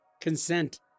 Consent